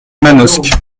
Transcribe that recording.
manosque